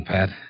Pat